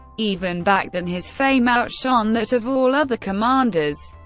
even back then his fame outshone that of all other commanders.